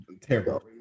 terrible